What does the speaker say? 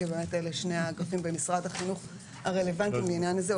כי אלה שני האגפים הרלוונטיים במשרד החינוך לעניין הזה.